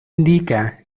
indica